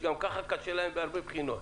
שגם ככה קשה להם מהרבה בחינות.